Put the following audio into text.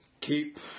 Keep